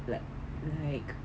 like like